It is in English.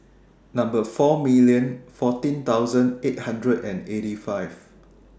Number four million fourteen thousand eight hundred and eighty five